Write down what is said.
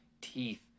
teeth